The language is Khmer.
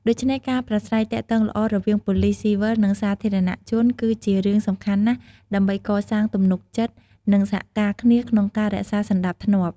ដូច្នេះ ការប្រាស្រ័យទាក់ទងល្អរវាងប៉ូលិសស៊ីវិលនិងសាធារណជនគឺជារឿងសំខាន់ណាស់ដើម្បីកសាងទំនុកចិត្ត និងសហការគ្នាក្នុងការរក្សាសណ្ដាប់ធ្នាប់។